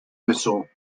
whistle